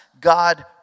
God